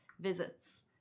visits